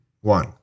one